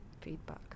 feedback